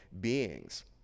beings